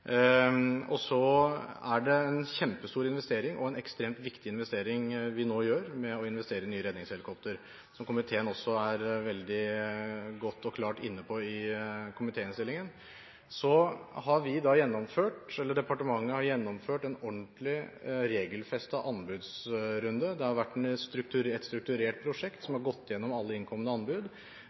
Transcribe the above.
Det er en kjempestor investering og en ekstrem viktig investering vi nå gjør med å investere i nye redningshelikopter, noe som komiteen også er veldig klare på i komitéinnstillingen. Departementet har gjennomført en ordentlig, regelfestet anbudsrunde. Det har vært et strukturert prosjekt som har gått igjennom alle innkomne anbud.